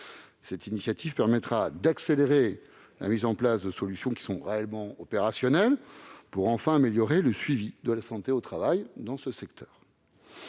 Cette initiative permettra d'accélérer la mise en oeuvre de solutions véritablement opérationnelles et d'améliorer enfin le suivi de la santé au travail dans ce secteur.